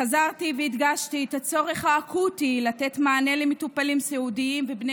חזרתי והדגשתי את הצורך האקוטי לתת מענה למטופלים סיעודיים ובני